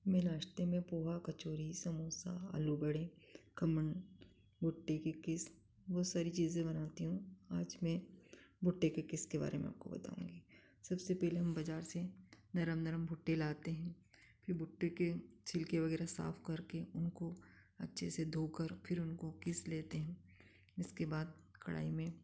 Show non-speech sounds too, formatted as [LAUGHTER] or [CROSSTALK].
मैं नाश्ते में पोहा कचोरी समोसा आलू बड़े [UNINTELLIGIBLE] रोटी की किस्त बहुत सारी चीज़ें बनाती हूँ आज मैं भुट्टे के किसके बारे में आपको बताऊँगी सबसे पहले हम बाज़ार से नरम नरम भुट्टे लाते हैं भुट्टे के छिलके वगैरह साफ़ करके उनको अच्छे से धोकर फ़िर उनको पिस लेते हैं इसके बाद कढ़ाई में